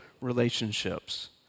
relationships